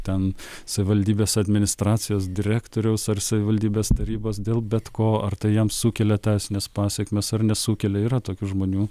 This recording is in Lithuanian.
ten savivaldybės administracijos direktoriaus ar savivaldybės tarybos dėl bet ko ar tai jam sukelia teisines pasekmes ar nesukelia yra tokių žmonių